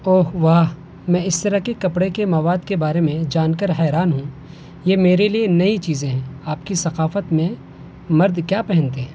اوہ واہ میں اس طرح کے کپڑے کے مواد کے بارے میں جان کر حیران ہوں یہ میرے لیے نئی چیزیں ہیں آپ کی ثقافت میں مرد کیا پہنتے ہیں